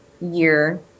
year